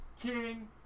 king